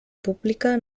pública